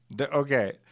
Okay